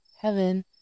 heaven